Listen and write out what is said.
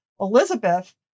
Elizabeth